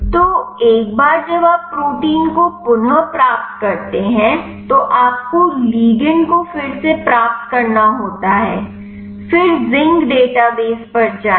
तो एक बार जब आप प्रोटीन को पुनः प्राप्त करते हैं तो आपको लिगंड को फिर से प्राप्त करना होता है फिर जिंक डेटाबेस पर जाएं